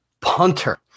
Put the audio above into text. punter